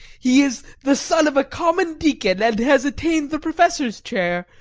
he is the son of a common deacon and has attained the professor's chair,